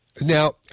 Now